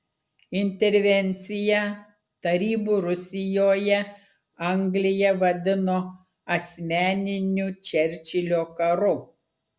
intervenciją tarybų rusijoje anglija vadino asmeniniu čerčilio karu